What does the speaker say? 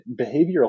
behavioral